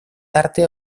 tarte